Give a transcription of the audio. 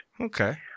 Okay